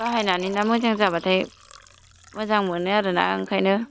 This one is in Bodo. बाहायनानै ना मोजां जाबाथाय मोजां मोनो आरो ना ओंखायनो